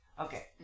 Okay